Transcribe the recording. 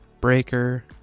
Breaker